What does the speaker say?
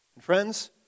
Friends